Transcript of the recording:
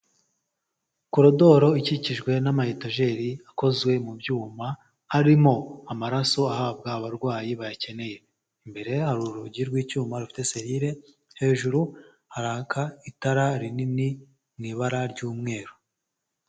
Koridoro ikikijwe n'amayetajeri akozwe mu byuma, harimo amaraso ahabwa abarwayi bayakeneye. Imbere yaho urugi rw'icyuma rufite selile, hejuru haraka itara rinini mu ibara ry'umweru.